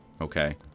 Okay